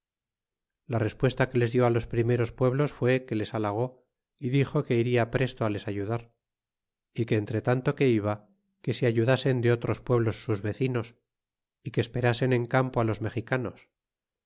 la respuesta que les di los primeros pueblos fue que les halagó y dixo que iria presto les ayudar y que entretanto que iba que se ayudasen de otros pueblos sus vecinos y que esperasen en campo los mexicanos